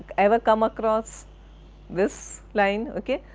ever come across this line, ok,